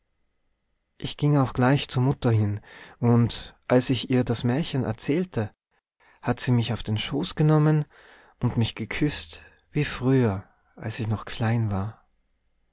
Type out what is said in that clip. ich ging auch gleich zu mutter hinein und als ich ihr das märchen erzählte hat sie mich auf den schoß genommen und mich geküßt wie früher als ich noch klein war